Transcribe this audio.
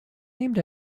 named